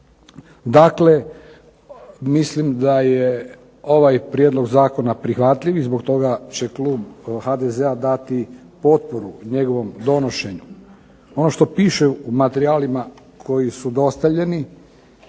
Dakle, mislim da je ovaj prijedlog zakona prihvatljiv i zbog toga će klub HDZ-a dati potporu njegovom donošenju. Ono što piše u materijalima koji su dostavljeni